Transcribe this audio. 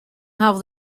have